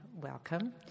welcome